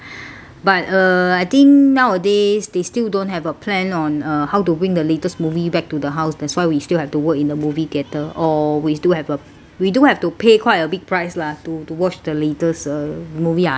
but uh I think nowadays they still don't have a plan on uh how to bring the latest movie back to the house that's why we still have to work in the movie theater or we do have uh we do have to pay quite a big price lah to to watch the latest movie I guess